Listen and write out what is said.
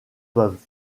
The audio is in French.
peuvent